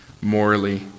Morally